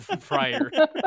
prior